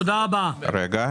לגבי